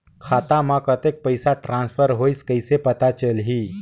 खाता म कतेक पइसा ट्रांसफर होईस कइसे पता चलही?